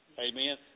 amen